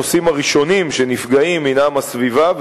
הנושאים הראשונים שנפגעים הינם הסביבה,